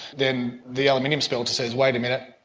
then the aluminium smelter says, wait a minute,